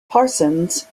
parsons